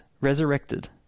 resurrected